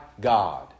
God